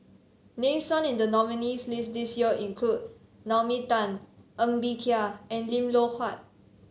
names in the nominees' list this year include Nao Mi Tan Ng Bee Kia and Lim Loh Huat